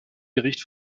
bericht